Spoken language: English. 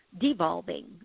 Devolving